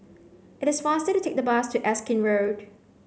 it is faster to take the bus to Erskine Road